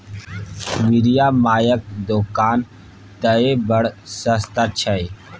मिरिया मायक दोकान तए बड़ सस्ता छै